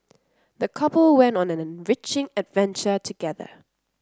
the couple went on an enriching adventure together